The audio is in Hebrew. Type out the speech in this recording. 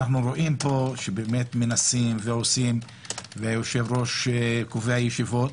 אנחנו רואים פה שמנסים ועושים והיושב-ראש קובע ישיבות,